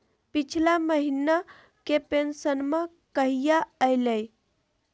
पिछला महीना के पेंसनमा कहिया आइले?